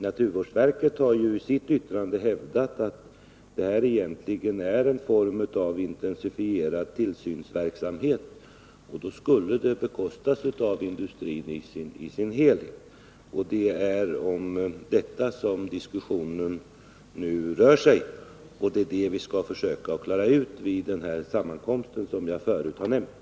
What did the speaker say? Naturvårdsverket har i sitt yttrande hävdat att det här egentligen är fråga om en form för intensifierad tillsynsverksamhet, och då skulle detta bekostas av industrin i dess helhet. Det är om detta som diskussionen nu rör sig och det är detta vi skall försöka klara ut vid den sammankomst som jag förut har nämnt.